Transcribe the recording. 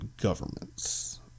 governments